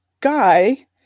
guy